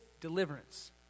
deliverance